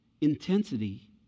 intensity